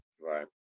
Right